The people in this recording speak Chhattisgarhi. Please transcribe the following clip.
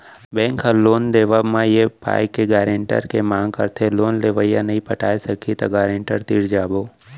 बेंक ह लोन देवब म ए पाय के गारेंटर के मांग करथे लोन लेवइया नइ पटाय सकही त गारेंटर तीर जाबो